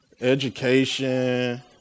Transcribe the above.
education